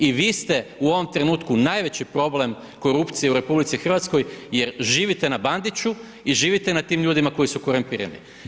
I vi ste u ovom trenutku najveći problem korupcije u RH jer živite na Bandiću i živite na tim ljudima koji su korumpirani.